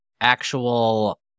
actual